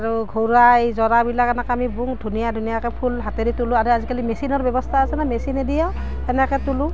আৰু ঘৰুৱা এই যোৰাবিলাক এনেকৈ আমি বওঁ ধুনীয়া ধুনীয়াকৈ ফুল হাতেৰে তোলোঁ আৰু আজিকালি মেচিনৰ ব্যৱস্থা আছে নহয় মেচিনেদিও সেনেকৈ তোলোঁ